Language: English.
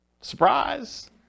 Surprise